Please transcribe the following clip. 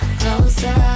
closer